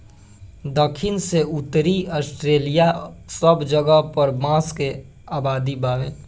दखिन से उत्तरी ऑस्ट्रेलिआ सब जगह पर बांस के आबादी बावे